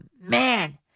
man